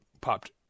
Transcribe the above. popped